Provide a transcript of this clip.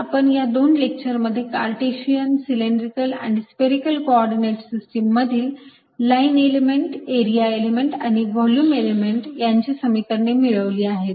तर आपण या दोन लेक्चर मध्ये कार्टेशियन सिलेंड्रिकल आणि स्पेरीकल कोऑर्डिनेट सिस्टीम मधील लाईन एलिमेंट एरिया एलिमेंट आणि व्हॉल्युम एलिमेंट यांची समीकरणे मिळवली आहेत